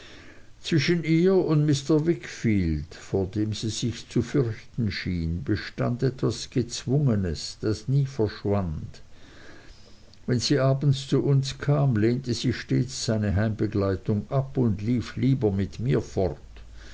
zwischen ihr und mr wickfield vor dem sie sich zu fürchten schien bestand etwas gezwungenes das nie verschwand wenn sie abends zu uns kam lehnte sie stets seine heimbegleitung ab und lief lieber mit mir fort